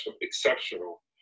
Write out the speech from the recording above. exceptional